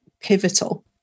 Pivotal